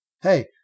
hey